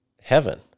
heaven